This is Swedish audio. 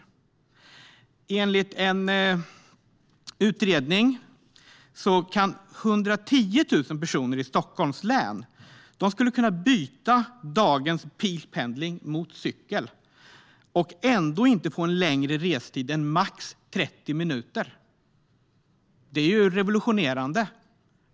Det andra är: Enligt en utredning skulle 110 000 personer i Stockholms län kunna byta dagens bilpendling mot cykelpendling, och de skulle ändå inte få en längre restid än max 30 minuter. Det är revolutionerande.